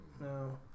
no